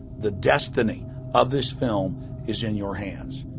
the destiny of this film is in your hands.